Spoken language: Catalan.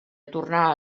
tornar